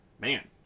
Man